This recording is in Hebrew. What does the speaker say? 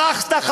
ברחת.